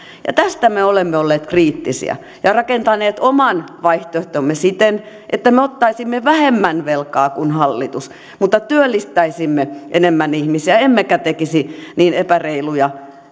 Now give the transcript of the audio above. tästä me olemme olleet kriittisiä ja rakentaneet oman vaihtoehtomme siten että me ottaisimme vähemmän velkaa kuin hallitus mutta työllistäisimme enemmän ihmisiä emmekä tekisi niin epäreiluja